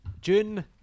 June